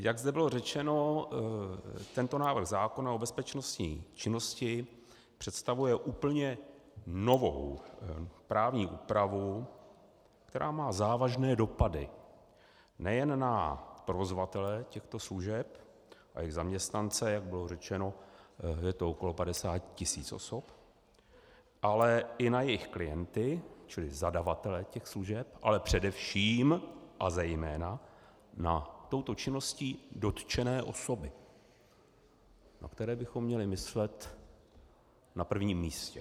Jak zde bylo řečeno, tento návrh zákona o bezpečnostní činnosti představuje úplně novou právní úpravu, která má závažné dopady nejen na provozovatele těchto služeb, ale i zaměstnance, jak bylo řečeno, je to kolem 50 tisíc osob, ale i na jejich klienty, tedy zadavatele těch služeb, ale především a zejména na touto činností dotčené osoby, na které bychom měli myslet na prvním místě.